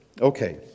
Okay